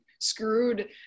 screwed